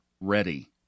ready